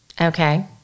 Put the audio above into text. Okay